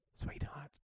Sweetheart